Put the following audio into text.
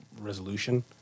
resolution